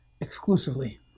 exclusively